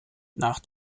nach